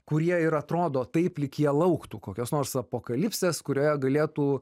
kurie ir atrodo taip lyg jie lauktų kokios nors apokalipsės kurioje galėtų